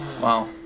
Wow